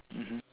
mmhmm